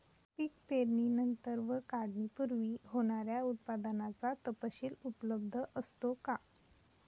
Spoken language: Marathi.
पीक पेरणीनंतर व काढणीपूर्वी होणाऱ्या उत्पादनाचा तपशील उपलब्ध असतो का?